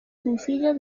sencillo